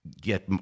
get